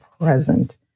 present